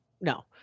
no